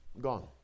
Gone